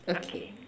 okay